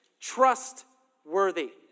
trustworthy